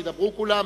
ידברו כולם,